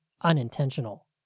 unintentional